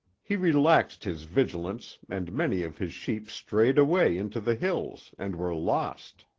he relaxed his vigilance and many of his sheep strayed away into the hills and were lost.